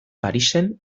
parisen